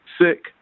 sick